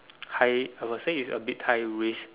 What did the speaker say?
high I will say it's a bit high risk